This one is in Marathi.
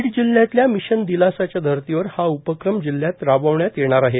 बीड जिल्ह्यातल्या मिशन दिलासाच्या धर्तीवर हा उपक्रम जिल्ह्यात राबवण्यात येणार आहे